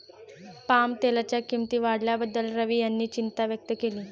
पामतेलाच्या किंमती वाढल्याबद्दल रवी यांनी चिंता व्यक्त केली